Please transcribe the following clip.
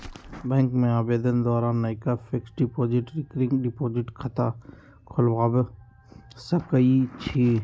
bank में आवेदन द्वारा नयका फिक्स्ड डिपॉजिट, रिकरिंग डिपॉजिट खता खोलबा सकइ छी